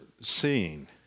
seeing